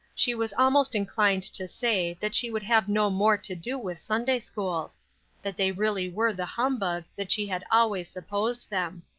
she was almost inclined to say that she would have no more to do with sunday-schools that they really were the humbug that she had always supposed them.